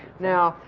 now,